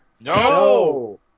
No